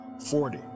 Forty